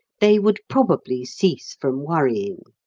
they would probably cease from worrying.